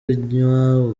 unywa